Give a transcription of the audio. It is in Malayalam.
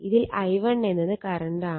ഇതിൽ i1 എന്നത് കറണ്ടാണ്